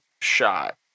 shot